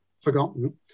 forgotten